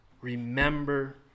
remember